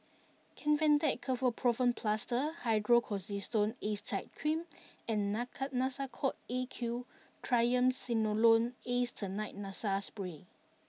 Kefentech Ketoprofen Plaster Hydrocortisone Acetate Cream and Naka Nasacort A Q Triamcinolone Acetonide Nasal Spray